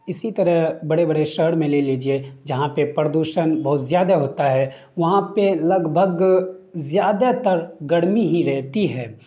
اسی طرح بڑے بڑے شہر میں لے لیجیے جہاں پہ پردوشن بہت زیادہ ہوتا ہے وہاں پہ لگ بھگ زیادہ تر گرمی ہی رہتی ہے